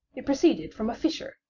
it proceeded from a fissure,